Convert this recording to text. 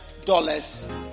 dollars